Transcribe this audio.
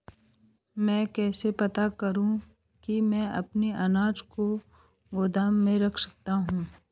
मैं कैसे पता करूँ कि मैं अपने अनाज को गोदाम में रख सकता हूँ?